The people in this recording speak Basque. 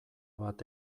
bat